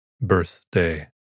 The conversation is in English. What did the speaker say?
birthday